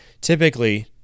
typically